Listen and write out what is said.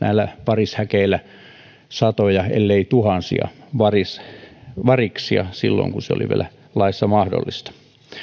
varishäkeillä satoja ellei tuhansia variksia variksia silloin kun se oli vielä laissa mahdollista